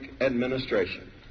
administration